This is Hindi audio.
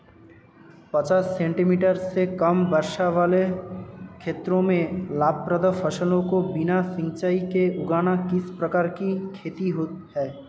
पचास सेंटीमीटर से कम वर्षा वाले क्षेत्रों में लाभप्रद फसलों को बिना सिंचाई के उगाना किस प्रकार की खेती है?